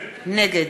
נגד